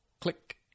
Click